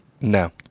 No